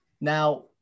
Now